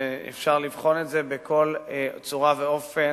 אפשר לבחון את זה בכל צורה ואופן,